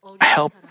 help